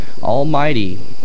Almighty